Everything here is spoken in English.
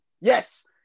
Yes